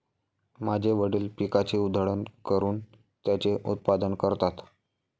माझे वडील पिकाची उधळण करून त्याचे उत्पादन करतात